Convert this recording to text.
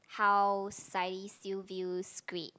how society still views grade